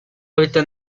hábitat